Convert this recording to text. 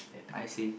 I see